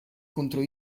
contro